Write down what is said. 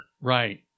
right